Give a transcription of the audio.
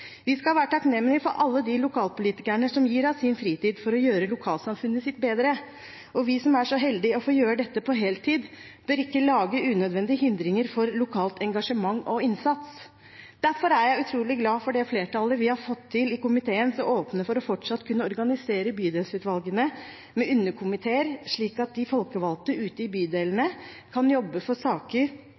Vi skal være takknemlig for alle de lokalpolitikerne som gir av sin fritid for å gjøre lokalsamfunnet sitt bedre. Og vi som er så heldige å få gjøre dette på heltid, bør ikke lage unødvendige hindringer for lokalt engasjement og lokal innsats. Derfor er jeg utrolig glad for det flertallet vi har fått til i komiteen, som åpner for fortsatt å kunne organisere bydelsutvalgene med underkomiteer, slik at de folkevalgte ute i bydelene kan jobbe for saker